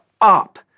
up